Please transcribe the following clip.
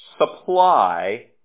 supply